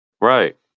right